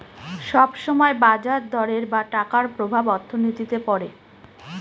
সব সময় বাজার দরের বা টাকার প্রভাব অর্থনীতিতে পড়ে